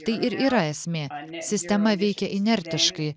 tai ir yra esmė sistema veikia inertiškai